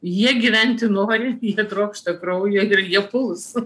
jie gyventi nori jie trokšta kraujo ir jie puls